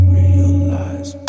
realize